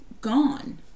gone